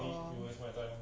oh